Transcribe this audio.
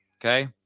Okay